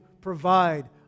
provide